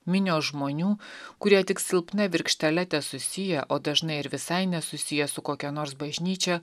minios žmonių kurie tik silpna virkštele tesusiję o dažnai ir visai nesusiję su kokia nors bažnyčia